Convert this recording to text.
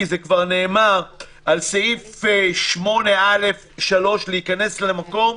כי זה כבר נאמר: על סעיף 8(א)(3) "להיכנס למקום,